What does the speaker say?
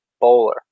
bowler